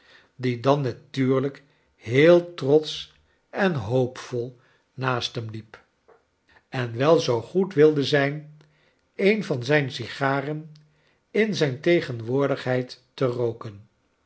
die dan natuurlijk heel trotsch en hoopvol naast hem hep en wel zoo goed wilde zijn een van zijn sigaren in zijn tegenwoordigheid te rooken